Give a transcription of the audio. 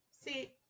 see